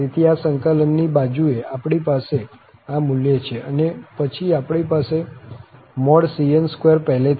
તેથી આ સંકલનની બાજુએ આપણી પાસે આ મૂલ્ય છે અને પછી આપણી પાસે cn2 પહેલેથી જ છે